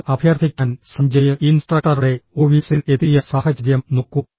course അഭ്യർത്ഥിക്കാൻ സഞ്ജയ് ഇൻസ്ട്രക്ടറുടെ ഓഫീസിൽ എത്തിയ സാഹചര്യം നോക്കൂ